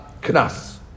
Knas